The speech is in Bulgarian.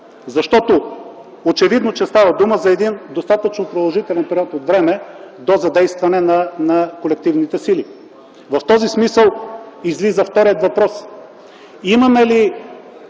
Очевидно е, че става дума за достатъчно продължителен период от време до задействане на колективните сили. В този смисъл излиза вторият въпрос: